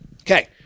Okay